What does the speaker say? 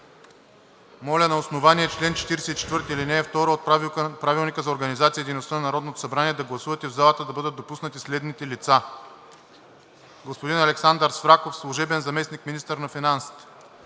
Моля на основание чл. 44, ал. 2 от Правилника за организацията и дейността на Народното събрание да гласувате в залата да бъдат допуснати следните лица: господин Александър Свраков – служебен заместник-министър на финансите;